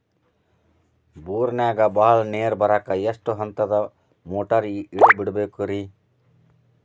ಬೋರಿನಾಗ ಬಹಳ ನೇರು ಬರಾಕ ಎಷ್ಟು ಹಂತದ ಮೋಟಾರ್ ಇಳೆ ಬಿಡಬೇಕು ರಿ?